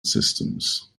systems